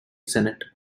senate